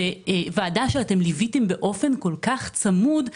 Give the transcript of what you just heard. שוועדה שאתם ליוויתם באופן כל כך צמוד,